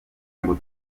ngo